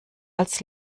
als